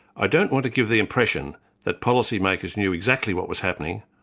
i don't want to give the impression that policymakers knew exactly what was happening,